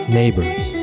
neighbors